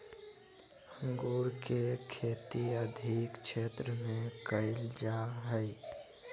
अंगूर के खेती अधिक क्षेत्र में कइल जा हइ